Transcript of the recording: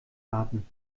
atem